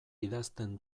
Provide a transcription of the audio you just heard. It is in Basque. idazten